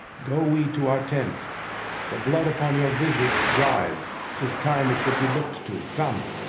go we to our tent the blood upon your visage dries tis time it should be look'd to come.